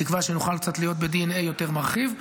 בתקווה שנוכל להיות קצת בדנ"א מרחיב יותר.